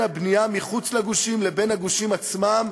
הבנייה מחוץ לגושים לבין הגושים עצמם,